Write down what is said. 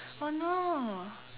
oh no